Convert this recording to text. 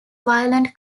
violent